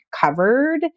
covered